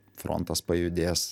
frontas pajudės